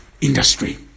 industry